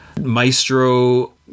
maestro